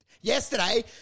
yesterday